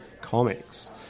comics